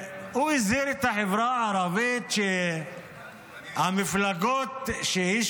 הוא הזהיר את החברה הערבית שהמפלגות שהיא